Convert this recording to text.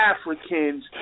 Africans